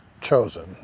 chosen